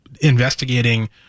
investigating